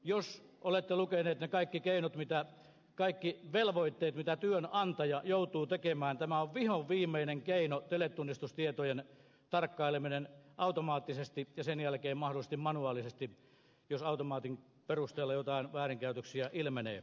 jos olette lukeneet ne kaikki velvoitteet mitä työnantaja joutuu tekemään tämä on vihoviimeinen keino teletunnistustietojen tarkkaileminen automaattisesti ja sen jälkeen mahdollisesti manuaalisesti jos automaatin perusteella jotain väärinkäytöksiä ilmenee